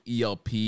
ELP